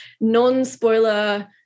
non-spoiler